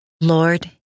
Lord